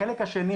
החלק השני,